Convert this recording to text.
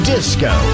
Disco